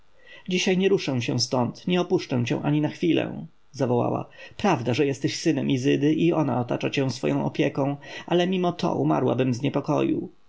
dzisiaj nie ruszę się stąd nie opuszczę cię ani na chwilę zawołała prawda że jesteś synem izydy i ona otacza cię swoją opieką ale mimo to umarłabym z niepokoju